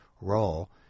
role